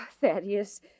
Thaddeus